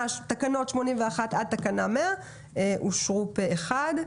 100 אושרו פה אחד.